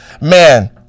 man